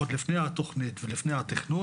עוד לפני התכנית ולפני התכנון,